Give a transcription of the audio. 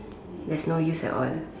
there is no use at all